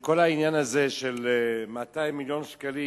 שכל העניין הזה של 200 מיליון שקלים,